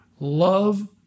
love